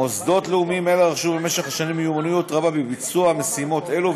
מוסדות לאומיים אלה רכשו במשך השנים מיומנות רבה בביצוע המשימות הללו,